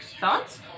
Thoughts